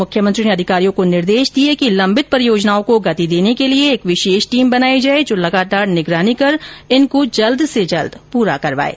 मुख्यमंत्री ने अधिकारियों को निर्देश दिए कि लंबित परियोजनाओं को गति देने के लिए एक विशेष टीम बनाई जाए जो लगातार निगरानी कर इनको जल्द से जल्द पूरे करवाएं